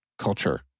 culture